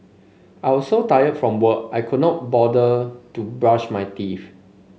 I was so tired from work I could not bother to brush my teeth